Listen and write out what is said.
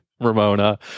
Ramona